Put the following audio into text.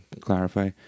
clarify